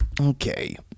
Okay